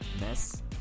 mess